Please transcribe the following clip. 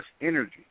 energy